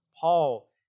Paul